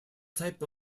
type